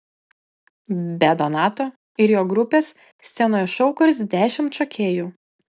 be donato ir jo grupės scenoje šou kurs dešimt šokėjų